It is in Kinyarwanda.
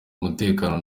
umutekano